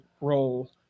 role